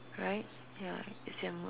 right ya it's your mood